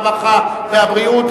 הרווחה והבריאות